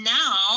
now